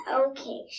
okay